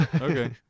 Okay